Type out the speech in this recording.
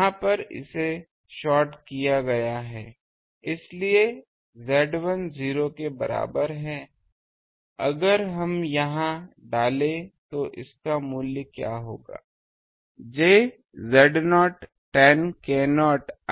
यहां पर इसे शार्ट शार्ट किया गया है इसलिए Z1 0 के बराबर है अगर हम यह डालेें तो इसका मूल्य क्या होगा j Z0 tan k0